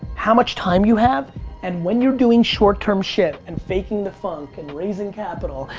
how much time you have and when you're doing short-term shit, and faking the funk, and raising capital,